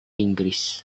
inggris